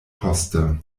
poste